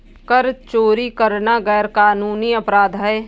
कर चोरी करना गैरकानूनी अपराध है